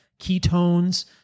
ketones